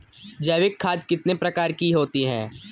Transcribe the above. जैविक खाद कितने प्रकार की होती हैं?